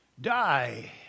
die